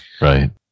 Right